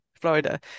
florida